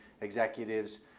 executives